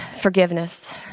forgiveness